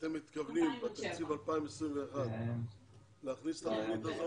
אתם מתכוונים בתקציב 2021 להכניס אותה,